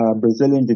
Brazilian